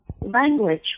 language